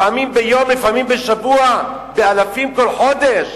לפעמים ביום, לפעמים בשבוע, אלפים כל חודש.